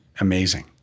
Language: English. amazing